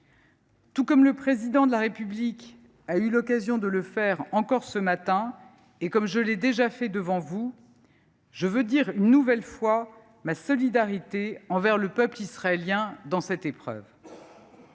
Tout comme le Président de la République a eu l’occasion de le faire encore ce matin, et comme je l’ai déjà fait devant vous, je veux exprimer, une nouvelle fois, ma solidarité envers le peuple israélien dans cette épreuve.